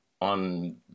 on